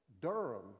Durham